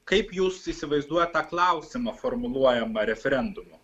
kaip jūs įsivaizduojat tą klausimą formuluojamą referendumu